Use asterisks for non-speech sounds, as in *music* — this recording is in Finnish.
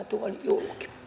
*unintelligible* tuon julki